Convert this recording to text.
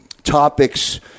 topics